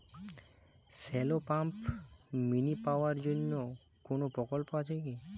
Shallow pump mini power জন্য কোনো প্রকল্প আছে কি?